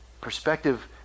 Perspective